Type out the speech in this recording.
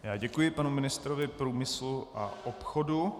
Já děkuji panu ministrovi průmyslu a obchodu.